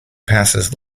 passes